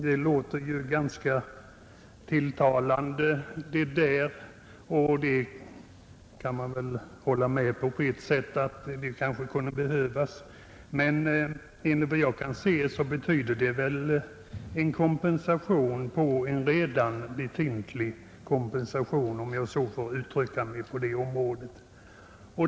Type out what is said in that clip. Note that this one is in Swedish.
Detta låter ju ganska tilltalande, och på ett sätt kan man hålla med om att det kunde behövas, men enligt vad jag kan se betyder det en kompensation ovanpå en redan befintlig kompensation på det området, om jag får uttrycka mig så.